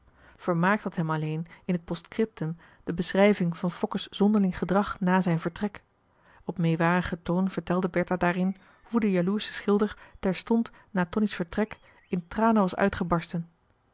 vermaakt had hem alleen in het postscriptum de beschrijving van fokke's zonderling gedrag na zijn vertrek op meewarigen toon vertelde bertha daarin hoe de jaloersche schilder terstond na tonie's vertrek in tranen was uitgebarsten